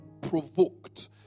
provoked